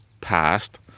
passed